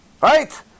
right